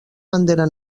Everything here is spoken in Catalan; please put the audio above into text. bandera